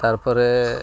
ᱛᱟᱨᱯᱚᱨᱮ